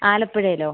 ആലപ്പുഴയിലോ